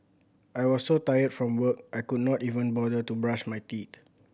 I was so tired from work I could not even bother to brush my teeth